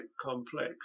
complex